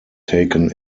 taken